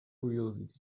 curiosity